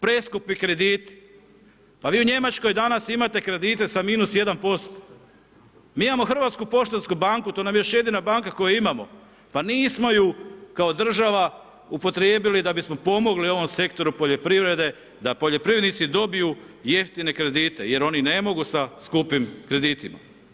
Preskupi krediti pa vi u Njemačkoj danas imate kredite sa minus 1%. mi imamo HPB, to nam je još jedina banka koju imamo pa nismo ju kao država upotrijebili da bismo pomogli ovom sektoru poljoprivrede da poljoprivrednici dobiju jeftine kredite jer oni ne mogu sa skupim kreditima.